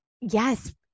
Yes